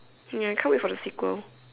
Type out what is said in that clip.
ya can't wait for the sequel